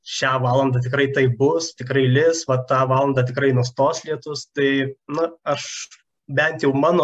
šią valandą tikrai taip bus tikrai lis va tą valandą tikrai nustos lietus tai nu aš bent jau mano